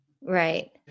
Right